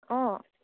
অঁ